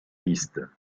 listes